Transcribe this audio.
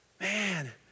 Man